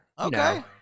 Okay